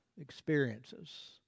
experiences